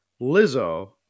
lizzo